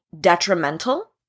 detrimental